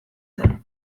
zen